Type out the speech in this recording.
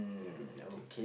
that would be thick